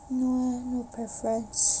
no eh no preference